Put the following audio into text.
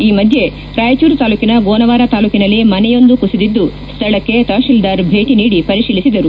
ಈ ಮಧ್ಯೆ ರಾಯಚೂರು ತಾಲೂಕಿನ ಗೋನವಾರ ತಾಲೂಕಿನಲ್ಲಿ ಮನೆಯೊಂದು ಕುಸಿದಿದ್ದು ಸ್ವಳಕ್ಕೆ ತಹತೀಲ್ದಾರ್ ಭೇಟ ಪರಿಶೀಲಿಸಿದರು